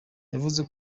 yavuze